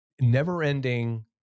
never-ending